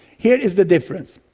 here is the difference,